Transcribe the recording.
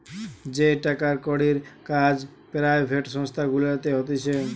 যেই টাকার কড়ির কাজ পেরাইভেট সংস্থা গুলাতে হতিছে